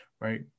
right